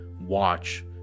watch